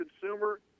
consumer